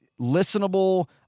listenable